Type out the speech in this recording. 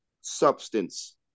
substance